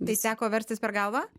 tai sako per galvą